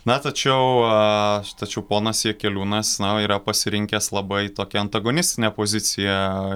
na tačiau aš tačiau ponas jakeliūnas na yra pasirinkęs labai tokia antagonistinę poziciją